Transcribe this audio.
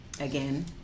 again